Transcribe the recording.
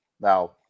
Now